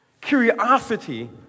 Curiosity